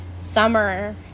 summer